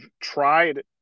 tried